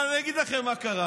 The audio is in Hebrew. אבל אני אגיד לכם מה קרה.